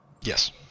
Yes